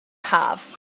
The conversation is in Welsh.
haf